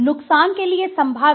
नुकसान के लिए संभावित